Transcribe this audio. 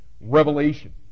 Revelation